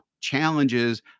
challenges